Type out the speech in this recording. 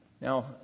Now